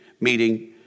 meeting